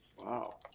Wow